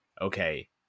okay